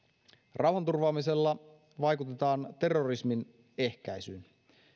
rauhanturvaamisella vaikutetaan terrorismin ehkäisyyn